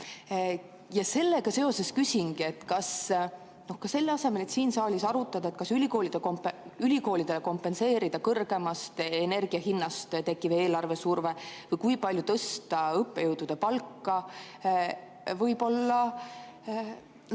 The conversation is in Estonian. Ja sellega seoses küsingi, kas selle asemel, et siin saalis arutada, kas ülikoolidele kompenseerida kõrgemast energia hinnast tekkiv eelarvesurve või kui palju tõsta õppejõudude palka, võib-olla